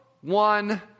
one